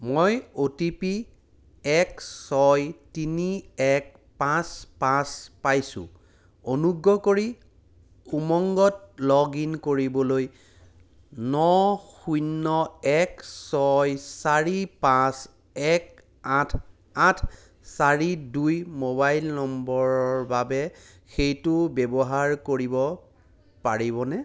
মই O T P এক ছয় তিনি এক পাঁচ পাঁচ পাইছোঁ অনুগ্ৰহ কৰি উমংগত লগ ইন কৰিবলৈ ন শূন্য এক ছয় চাৰি পাঁচ এক আঠ আঠ চাৰি দুই মোবাইল নম্বৰৰ বাবে সেইটো ব্যৱহাৰ কৰিব পাৰিবনে